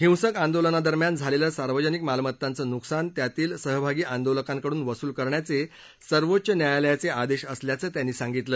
हिंसक आंदोलनादस्म्यान झालद्वीसार्वजनिक मालमत्तांचं नुकसान त्यातील सहभागी आंदोलकांकडून वसुल करण्याच सिर्वोच्च न्यायालयाच क्रिादर्धीअसल्याचं त्यांनी सांगितलं